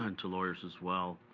and to lawyers as well.